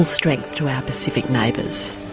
strength to our pacific neighbours.